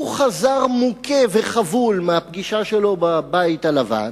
הוא חזר מוכה וחבול מהפגישה שלו בבית הלבן,